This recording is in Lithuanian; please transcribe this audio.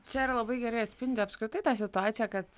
čia ir labai gerai atspindi apskritai tą situaciją kad